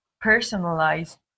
personalized